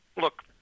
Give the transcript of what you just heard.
Look